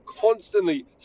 constantly